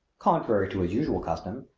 contrary to his usual custom,